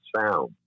sound